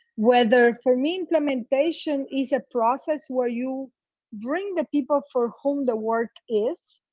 whether for me implementation is a process where you bring the people for whom the work is,